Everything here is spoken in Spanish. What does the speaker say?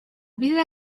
vida